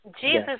Jesus